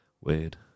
Weird